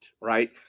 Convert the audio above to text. right